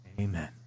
Amen